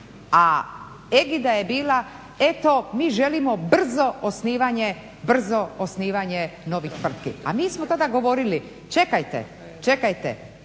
A egida je bila eto mi želimo brzo osnivanje novih tvrtki, a mi smo tada govorili čekajte, tvrtke